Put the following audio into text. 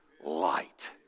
light